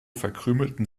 verkrümelten